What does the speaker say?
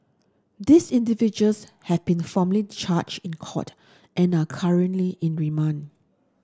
these individuals have been formally charged in court and are currently in remand